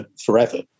forever